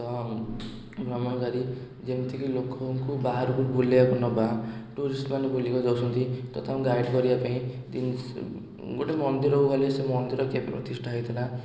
ତ ଭ୍ରମଣକାରୀ ଯେମିତି କି ଲୋକଙ୍କୁ ବାହାରକୁ ବୁଲିବା ପାଇଁ ନେବା ଟୁରିଷ୍ଟମାନଙ୍କୁ ବୁଲିବାକୁ ଯାଉଛନ୍ତି ତ ତାଙ୍କୁ ଗାଇଡ଼୍ କରିବା ପାଇଁ ଦିନସ୍ ଗୋଟେ ମନ୍ଦିରକୁ ଗଲେ ସେ ମନ୍ଦିର କେବେ ପ୍ରତିଷ୍ଠା ହେଇଥିଲା